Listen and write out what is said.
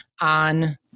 on